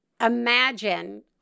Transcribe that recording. imagine